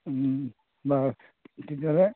বাৰু তেতিয়াহ'লে